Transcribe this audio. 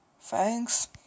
Thanks